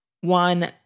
one